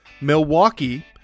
Milwaukee